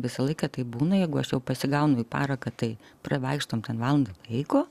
visą laiką taip būna jeigu aš jau pasigaunu į paraką tai pravaikštom ten valandą laiko